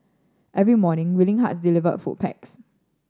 every morning Willing Heart deliver food packs